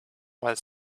while